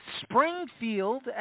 Springfield